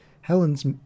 Helen's